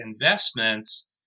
investments